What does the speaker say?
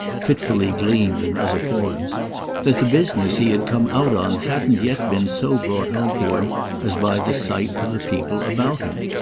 fitfully gleamed, in other forms that the business he had come out on hadn't yet been so brought home to him as by the sight of the people about him.